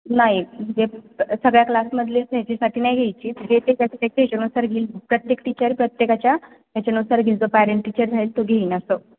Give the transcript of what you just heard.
नाही म्हणजे सगळ्या क्लासमधलेच त्याच्यासाठी नाही घ्यायची म्हणजे ते त्या ह्याच्यानुसार घेईल प्रत्येक टीचर प्रत्येकाच्या याच्यानुसार घेईल जो पॅरंट टीचर राहील तो घेईल असं